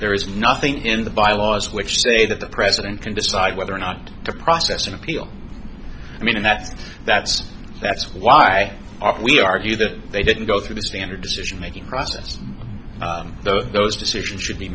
there is nothing in the bylaws which say that the president can decide whether or not to process an appeal i mean that's that's that's why we argue that they didn't go through the standard decision making process so those decisions should be